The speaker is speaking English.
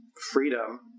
freedom